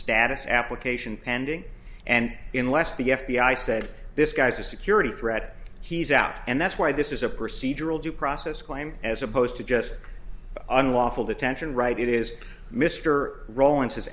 status application ending and in less the f b i said this guy's a security threat he's out and that's why this is a procedural due process claim as opposed to just unlawful detention right it is mr ro